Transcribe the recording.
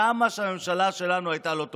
כמה שהממשלה שלנו הייתה לא טובה.